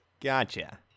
Gotcha